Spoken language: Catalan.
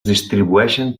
distribueixen